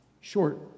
short